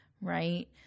right